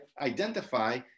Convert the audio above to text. identify